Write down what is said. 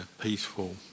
peaceful